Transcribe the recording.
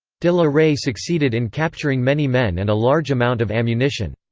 de la rey succeeded in capturing many men and a large amount of ammunition.